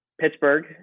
Pittsburgh